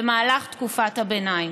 במהלך תקופת הביניים.